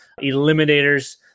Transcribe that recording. Eliminators